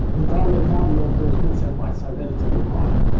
the dollar value of those bits and bytes are relatively high.